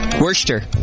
Worcester